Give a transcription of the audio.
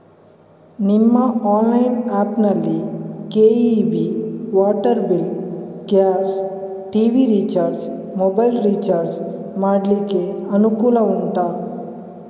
ನಿಮ್ಮ online app ನಲ್ಲಿ KEB, water bill, gas, TV recharge, mobile recharge ಮಾಡ್ಲಿಕ್ಕೆ ಅನುಕೂಲ ಉಂಟಾ